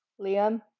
Liam